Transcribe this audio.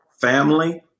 family